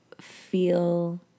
feel